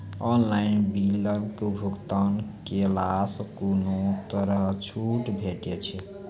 Online बिलक भुगतान केलासॅ कुनू तरहक छूट भेटै छै?